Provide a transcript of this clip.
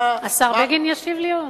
השר בגין ישיב לי?